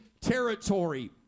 territory